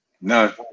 No